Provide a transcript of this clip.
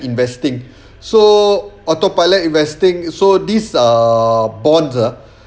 investing so autopilot investing so this err bond ah